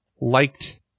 liked